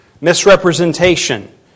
misrepresentation